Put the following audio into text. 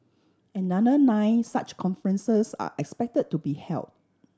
another nine such conferences are expect to be held